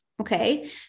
okay